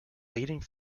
leading